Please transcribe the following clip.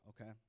okay